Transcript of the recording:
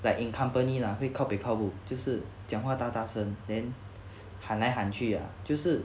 like in company lah 会 kao peh kao bu 就是讲话大大声 then 喊来喊去 ah 就是